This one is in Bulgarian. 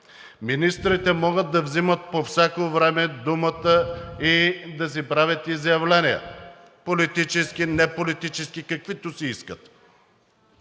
министрите могат да вземат по всяко време думата и да си правят изявления – политически, неполитически, каквито си искат.